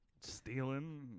stealing